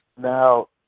now